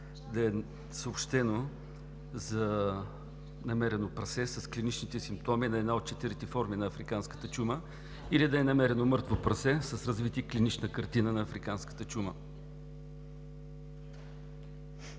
да е съобщено за намерено прасе с клиничните симптоми на една от четирите форми на африканската чума или да е намерено мъртво прасе с развита клинична картина на африканска чума.